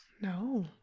No